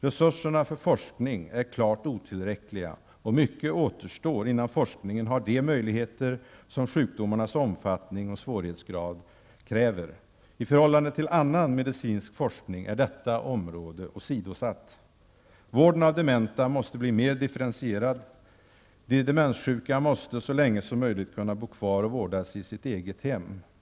Resurserna för forskning är klart otillräckliga, och mycket återstår innan forskningen har de möjligheter som sjukdomarnas omfattning och svårighetsgrad kräver. I förhållande till annan medicinsk forskning är detta område åsidosatt. Vården av dementa måste bli mer differentierad. De demenssjuka måste så länge som möjligt kunna bo kvar och vårdas i sitt eget hem.